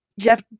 Jeff